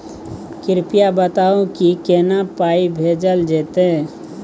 कृपया बताऊ की केना पाई भेजल जेतै?